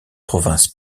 province